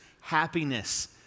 happiness